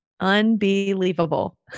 unbelievable